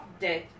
death